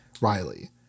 Riley